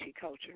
culture